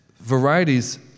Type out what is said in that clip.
varieties